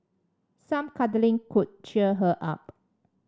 some cuddling could cheer her up